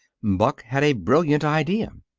buck had a brilliant idea.